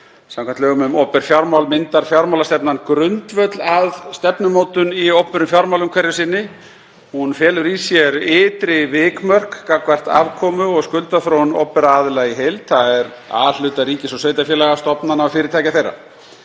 Samkvæmt lögum um opinber fjármál myndar fjármálastefnan grundvöll að stefnumótun í opinberum fjármálum hverju sinni. Hún felur í sér ytri vikmörk gagnvart afkomu og skuldaþróun opinberra aðila í heild, þ.e. A-hluta ríkis og sveitarfélaga, stofnana og fyrirtækja þeirra.